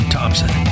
Thompson